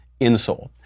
insole